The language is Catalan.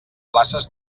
places